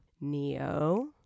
Neo